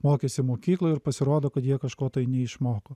mokėsi mokykloj ir pasirodo kad jie kažko tai neišmoko